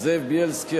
זאב בילסקי,